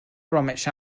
bromwich